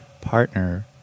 partner